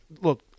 Look